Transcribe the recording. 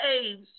caves